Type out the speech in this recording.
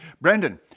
Brendan